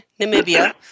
Namibia